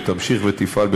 והיא תמשיך ותפעל,